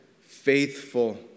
faithful